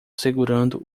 segurando